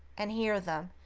and hear them,